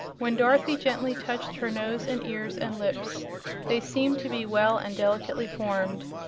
when dorothy gently touched her nose and ears and lips they seemed to be well and delicately formed.